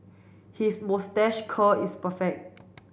his moustache curl is perfect